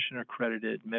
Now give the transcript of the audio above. accredited